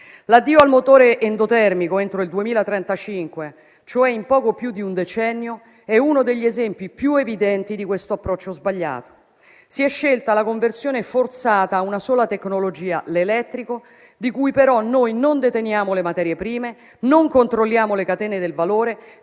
L'addio al motore endotermico entro il 2035, cioè in poco più di un decennio, è uno degli esempi più evidenti di questo approccio sbagliato. Si è scelta la conversione forzata a una sola tecnologia, l'elettrico, di cui però noi non deteniamo le materie prime e non controlliamo le catene del valore,